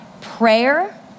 prayer